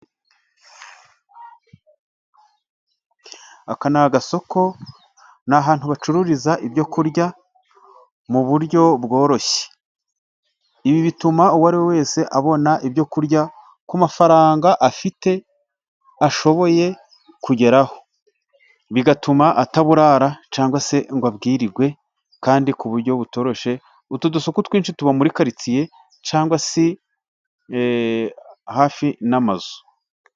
Aka ni agasoko, ni ahantu bacururiza ibyo kurya mu buryo bworoshye, ibi bituma uwo ariwe wese abona ibyo kurya ku mafaranga afite, ashoboye kugeraho, bigatuma ataburara cyangwa se ngo abwirirwe, kandi ku buryo butoroshye. Utu dusoko twinshi tuba muri karitsiye, cyangwa se hafi n'amazu.